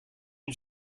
une